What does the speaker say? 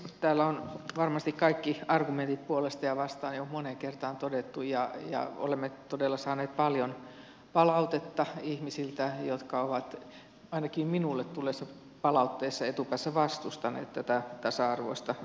täällä on varmasti kaikki argumentit puolesta ja vastaan jo moneen kertaan todettu ja olemme todella saaneet paljon palautetta ihmisiltä jotka ovat ainakin minulle tulleissa palautteissa etupäässä vastustaneet tätä tasa arvoista avioliittolakia